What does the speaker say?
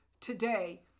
today